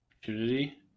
Opportunity